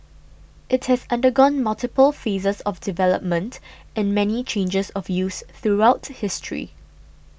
it has undergone multiple phases of development and many changes of use throughout history